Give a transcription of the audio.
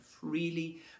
freely